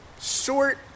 short